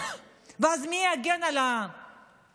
ואז, מי יגן על אותם